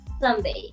Sunday